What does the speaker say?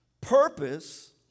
Purpose